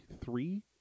Three